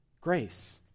grace